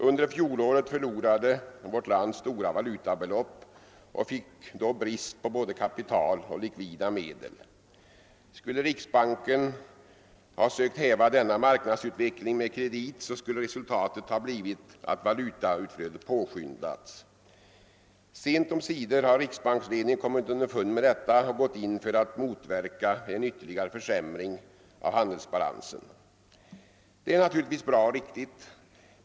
Under fjolåret förlorade vårt land stora valutabelopp och fick då en brist på både kapital och likvida medel. Skulle riksbanken ha sökt häva denna marknadsutveckling med kredit, skulle resultatet ha blivit att valutautflödet påskyndats. Sent omsider har riksbanksledningen kommit underfund med detta och gått in för att motverka en ytterligare försämring av handelsbalansen. Det är naturligtvis bra och riktigt.